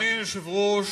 אדוני היושב-ראש,